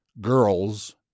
Girls